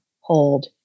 hold